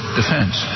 defense